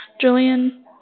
Julian